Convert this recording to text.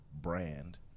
brand